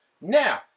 Now